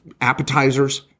appetizers